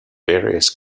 various